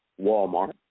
Walmart